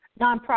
nonprofit